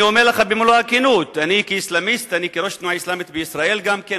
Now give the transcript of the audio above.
אני אומר לך במלוא הכנות כאסלאמיסט וכראש התנועה האסלאמית במדינת